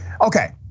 Okay